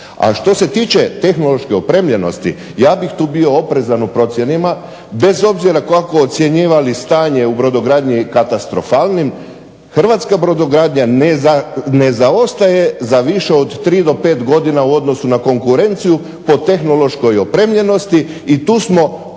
A što se tiče tehnološke opremljenosti ja bih tu bio oprezan u procjenama bez obzira kako ocjenjivali stanje u brodogradnji katastrofalnim hrvatska brodogradnja ne zaostaje za više od 3 do 5 godina u odnosu na konkurenciju po tehnološkoj opremljenosti i tu smo